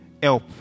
help